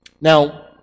Now